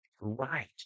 right